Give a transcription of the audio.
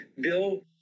Bill